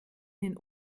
den